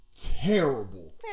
terrible